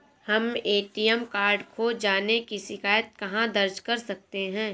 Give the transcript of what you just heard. हम ATM card खो जाने की शिकायत कहाँ दर्ज कर सकते हैं?